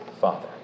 father